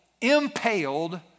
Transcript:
impaled